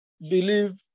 believe